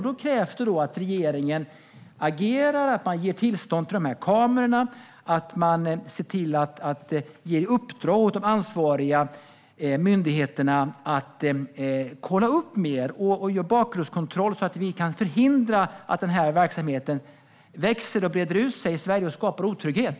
Då krävs det att regeringen agerar, ger tillstånd för kameror och uppdrar åt de ansvariga myndigheterna att kolla upp mer och göra bakgrundskontroll så att vi kan förhindra att denna verksamhet växer och breder ut sig i Sverige och skapar otrygghet.